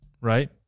right